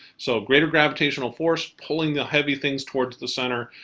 so, greater gravitational force pulling the heavy things towards the center.